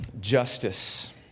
justice